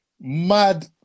mad